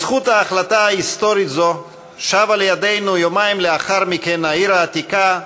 בזכות החלטה היסטורית זו שבה לידינו יומיים לאחר מכן העיר העתיקה,